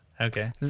Okay